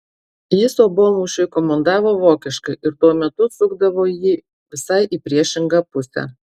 jis obuolmušiui komandavo vokiškai ir tuo metu sukdavo jį visai į priešingą pusę